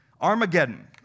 Armageddon